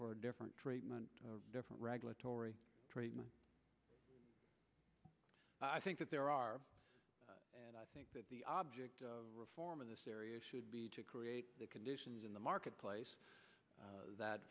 for different treatment different regulatory treatment i think that there are and i think that the object of reform in this area should be to create the conditions in the marketplace